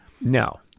No